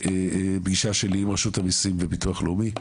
פגישה שלי עם רשות המיסים וביטוח לאומי,